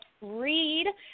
read